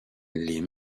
les